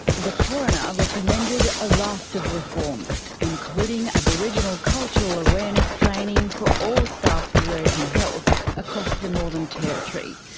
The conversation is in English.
the coroner recommended a raft of reforms, including aboriginal cultural awareness training for all staff who work in health across the northern territory.